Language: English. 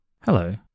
hello